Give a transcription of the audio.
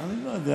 אני לא יודע.